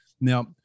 Now